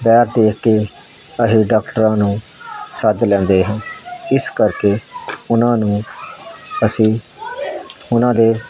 ਵੈਰ ਦੇਖ ਕੇ ਅਸੀਂ ਡਾਕਟਰਾਂ ਨੂੰ ਸੱਦ ਲੈਂਦੇ ਹਾਂ ਇਸ ਕਰਕੇ ਉਹਨਾਂ ਨੂੰ ਅਸੀਂ ਉਹਨਾਂ ਦੇ